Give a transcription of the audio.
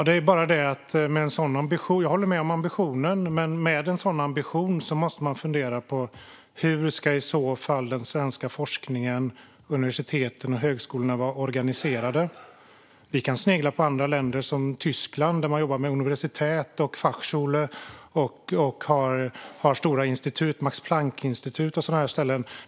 Herr talman! Jag håller med om ambitionen, men det är bara det att med en sådan ambition måste man fundera på hur den svenska forskningen, universiteten och högskolorna i så fall ska vara organiserade. Vi kan snegla på andra länder som Tyskland, där man jobbar med Universität och Fachschule och har stora institut som Max Planck-institut och sådana ställen.